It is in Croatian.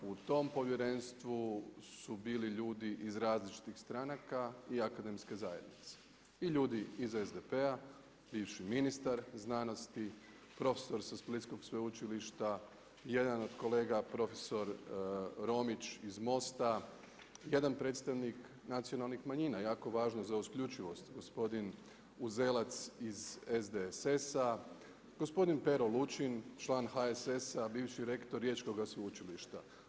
U tom povjerenstvu su bili ljudi iz različitih stranaka i akademske zajednice i ljudi iz SDP-a, bivši ministar znanosti, profesor sa Splitskog sveučilišta, jedan od kolega profesor Romić iz MOST-a, jedan predstavnik nacionalnih manjina, jako važno za uključivost, gospodin Uzelac iz SDSS-a, gospodin Pero Lučin član HSS-a bivši rektor Riječkoga sveučilišta.